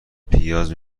پیاز